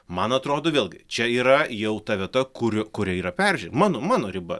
man atrodo vėlgi čia yra jau ta vieta kur kuri yra perženg mano mano riba